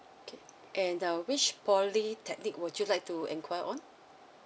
okay and uh which polytechnic would you like to inquire on